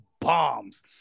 bombs